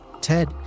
Ted